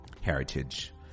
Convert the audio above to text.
Heritage